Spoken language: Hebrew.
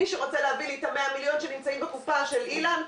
מי שרוצה להביא לי את ה-100 מיליון שנמצאים בקופה של אילן,